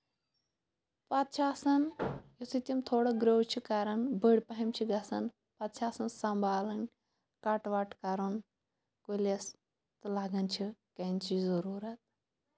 پَتہٕ چھِ آسان یُتھُے تِم تھوڑا گرٛو چھِ کران بٔڑ پَہٮ۪م چھِ گژھان پَتہٕ چھِ آسان سنٛمبھالٕنۍ کَٹ وَٹ کَرُن کُلِس تہٕ لَگَن چھِ کٮ۪نچی ضٔروٗرت